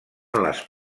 les